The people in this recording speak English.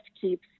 keeps